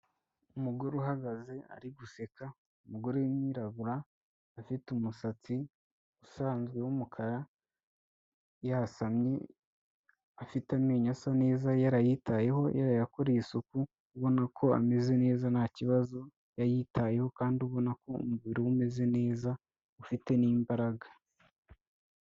Umugore uhagaze ari guseka, umugore w'umwirabura afite umusatsi usanzwe w'umukara, yasamye, afite amenyo asa neza yarayitayeho yarayakoreye isuku, ubona ko ameze neza nta kibazo yayitayeho, kandi ubona ko umubiri we umeze neza ufite n'imbaraga.